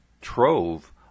trove